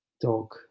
dog